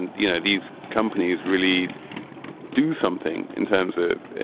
and you know, these companies really do something in terms of,